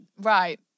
Right